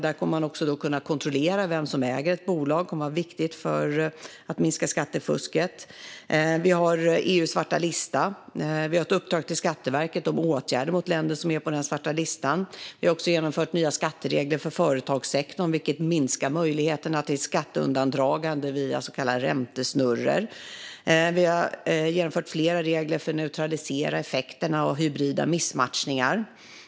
Där kommer man också att kunna kontrollera vem som äger ett bolag, vilket kommer att vara viktigt för att minska skattefusket. Vi har EU:s svarta lista, och vi har ett uppdrag till Skatteverket om åtgärder mot länder som är med på den svarta listan. Vi har genomfört nya skatteregler för företagssektorn, vilket minskar möjligheterna till skatteundandragande via så kallade räntesnurror. Vi har genomfört flera regler för att neutralisera effekterna av hybrida missmatchningar.